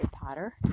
Potter